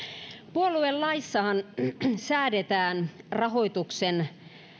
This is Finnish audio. puoluelaissahan säädetään rahoituksen